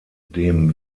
dem